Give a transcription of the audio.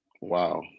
Wow